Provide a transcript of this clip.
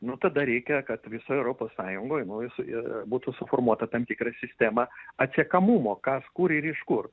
nu tada reikia kad visoj europos sąjungoj nu jis ė būtų suformuota tam tikra sistema atsekamumo kas kur ir iš kur